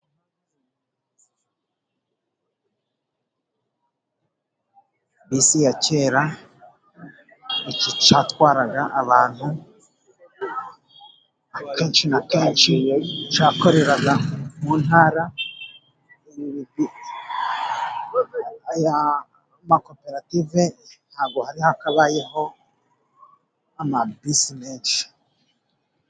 Bisi yakera cyatwaraga abantu akenshi na kenshi cyakoreraga mu ntara .Aya makoperative ntago hari hakabayeho ama bisi menshi.